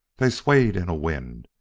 they swayed in a wind,